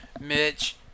Mitch